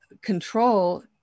control